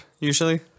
usually